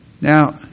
now